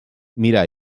mirar